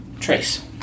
Trace